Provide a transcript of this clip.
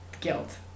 guilt